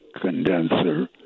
condenser